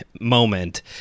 moment